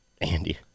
Andy